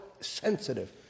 Sensitive